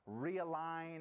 realign